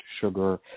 sugar